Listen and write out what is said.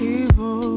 evil